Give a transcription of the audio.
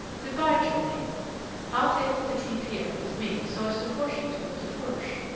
good-by, germain i'll take petit-pierre with me so as to force you to go to fourche.